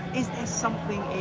is there's something